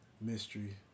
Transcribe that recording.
Mystery